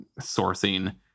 sourcing